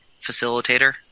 facilitator